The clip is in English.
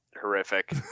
horrific